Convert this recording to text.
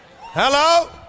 Hello